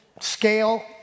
scale